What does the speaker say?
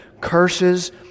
curses